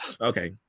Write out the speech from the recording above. Okay